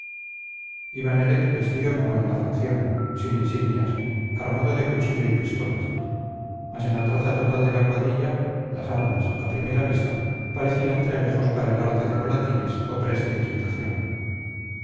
nelet vestido como en la facción sin insignias armado de cuchillo y pistolas mas en la traza total de la cuadrilla las armas a primera vista parecían trebejos para el arte de volatines o